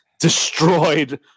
destroyed